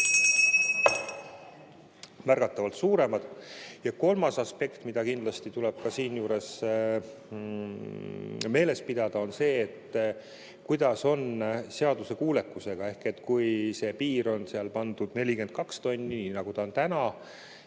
märgatavalt suuremad. Kolmas aspekt, mida kindlasti tuleb ka siinjuures meeles pidada, on see, kuidas on lood seaduskuulekusega. Ehk kui selleks piiriks on seal pandud 42 tonni, nagu on täna,